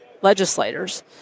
legislators